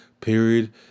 period